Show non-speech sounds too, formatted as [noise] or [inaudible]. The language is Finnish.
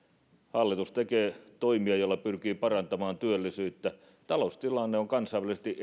hallitus tekee toimia joilla pyrkii parantamaan työllisyyttä taloustilanne on kansainvälisesti [unintelligible]